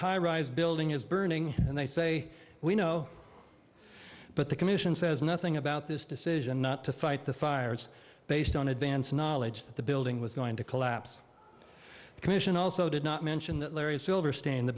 high rise building is burning and they say we know but the commission says nothing about this decision not to fight the fires based on advance knowledge that the building was going to collapse the commission also did not mention that larry silverstein the